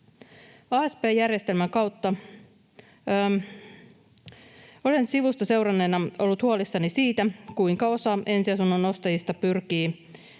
muodossa. Olen sivusta seuranneena ollut huolissani siitä, kuinka osa ensiasunnon ostajista pyrkii